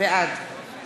בעד